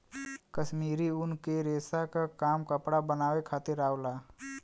कश्मीरी ऊन के रेसा क काम कपड़ा बनावे खातिर आवला